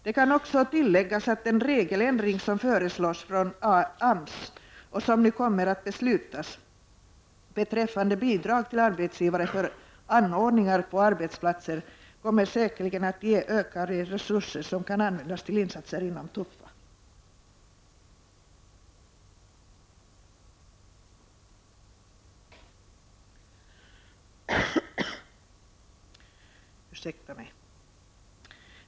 Det kan också tilläggas att den regeländring som AMS föreslår, och som nu kommer att beslutas om bidrag till arbetsgivare för anordningar på arbetsplatser, säkerligen kommer att ge ökade resurser som kan användas till insatser inom TUFFA-projektet.